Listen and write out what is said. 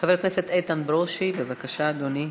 חבר הכנסת איתן ברושי, בבקשה, אדוני.